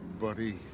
buddy